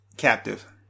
captive